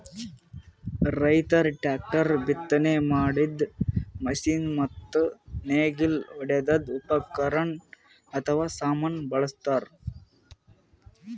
ರೈತರ್ ಟ್ರ್ಯಾಕ್ಟರ್, ಬಿತ್ತನೆ ಮಾಡದ್ದ್ ಮಷಿನ್ ಮತ್ತ್ ನೇಗಿಲ್ ಹೊಡ್ಯದ್ ಉಪಕರಣ್ ಅಥವಾ ಸಾಮಾನ್ ಬಳಸ್ತಾರ್